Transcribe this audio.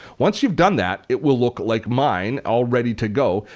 once you've done that, it will look like mine all ready to go.